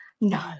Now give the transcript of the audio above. no